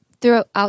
throughout